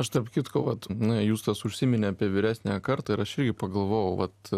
aš tarp kitko vat na justas užsiminė apie vyresnę kartą ir aš irgi pagalvojau vat